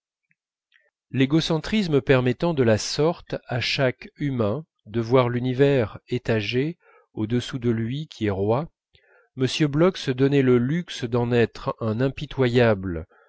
l'égocentrisme permettant de la sorte à chaque humain de voir l'univers étagé au-dessous de lui qui est roi m bloch se donnait le luxe d'en être un impitoyable